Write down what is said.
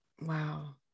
Wow